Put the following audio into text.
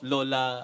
Lola